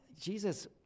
Jesus